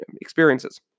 experiences